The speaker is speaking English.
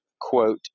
quote